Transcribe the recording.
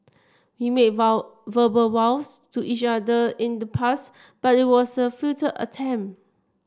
we made vow verbal vows to each other in the past but it was a futile attempt